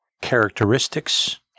characteristics